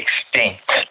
extinct